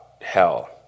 hell